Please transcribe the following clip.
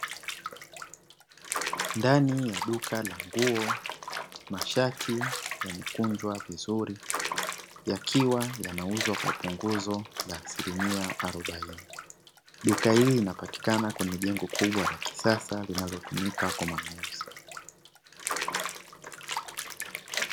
Ndani ya duka la nguo, mashati yamekunjwa vizuri yakiwa yanauzwa kwa punguzo la asilimia arobaini .Duka hili linapatikana kwenye jengo kubwa la kisasa linalotumika kwa manunuzi.